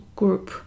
group